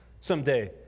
someday